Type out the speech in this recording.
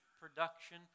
production